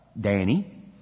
Danny